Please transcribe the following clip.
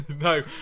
No